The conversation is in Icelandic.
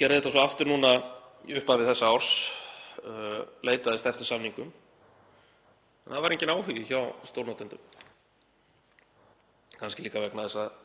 gerði þetta svo aftur núna í upphafi þessa árs, leitaðist eftir samningum, en það var enginn áhugi hjá stórnotendum, kannski líka vegna þess að